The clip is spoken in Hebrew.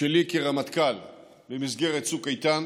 שלי כרמטכ"ל במסגרת צוק איתן